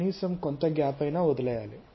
కనీసం కొంత గ్యాప్ అయినా వదిలివేయాలి